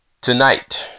tonight